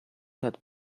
that